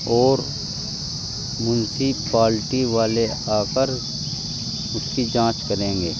اور منسیپالٹی والے آ کر اس کی جانچ کریں گے